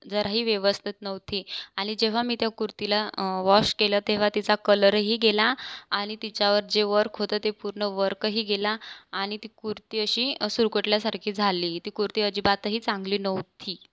जराही व्यवस्थित नव्हती आणि जेव्हा मी त्या कुर्तीला वॉश केलं तेव्हा तिचा कलरही गेला आणि तिच्यावर जे वर्क होतं ते पूर्ण वर्कही गेला आणि ती कुर्ती अशी सुरकुतल्यासारखी झाली ती कुर्ती अजिबातही चांगली नव्हती